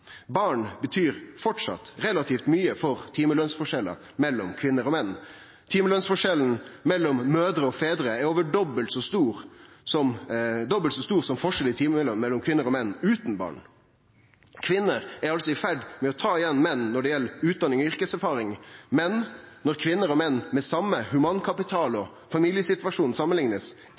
Barn betyr framleis relativt mye for timelønsforskjellar mellom kvinner og menn. Timelønsforskjellen mellom mødrer og fedrar er over dobbelt så stor som forskjellen i timeløn mellom kvinner og menn utan barn. Kvinner er altså i ferd med å ta igjen menn når det gjeld utdanning og yrkeserfaring, men når kvinner og menn med same humankapital og familiesituasjon blir samanlikna, er